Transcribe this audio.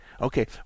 okay